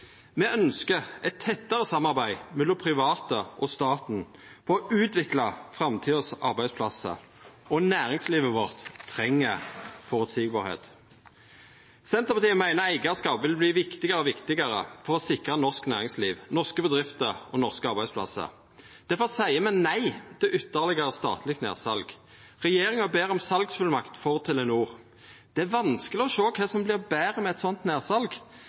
Me ønskjer eit tettare samarbeid mellom private og staten for å utvikla framtidas arbeidsplassar. Næringslivet vårt treng føreseielegheit. Senterpartiet meiner eigarskap vil verta viktigare og viktigare for å sikra norsk næringsliv, norske bedrifter og norske arbeidsplassar. Difor seier me nei til ytterlegare statleg nedsal. Regjeringa ber om salsfullmakt for Telenor. Det er vanskeleg å sjå kva som vert betre med eit sånt